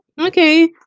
Okay